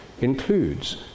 includes